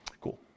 Cool